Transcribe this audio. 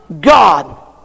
God